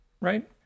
right